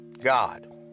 God